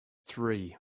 three